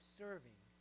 serving